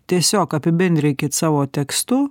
tiesiog apibendrinkit savo tekstu